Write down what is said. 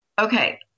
Okay